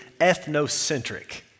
ethnocentric